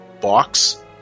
box